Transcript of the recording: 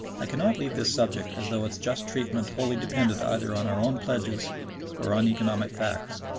i cannot leave this subject as though its just treatment wholly depended either on our own pledges or on economic facts.